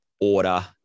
order